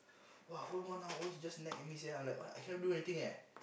!wah! whole one hour she just nag at me sia I'm like what I cannot do anything leh